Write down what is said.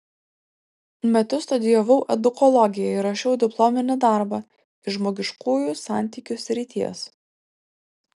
metus studijavau edukologiją ir rašiau diplominį darbą iš žmogiškųjų santykių srities